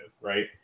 Right